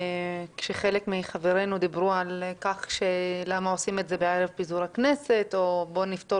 כשחלק מחברינו דיברו על כך שעושים את זה בערב פיזור הכנסת או שנפתור